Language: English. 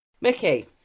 mickey